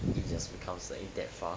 it just becomes like that far